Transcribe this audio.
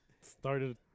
Started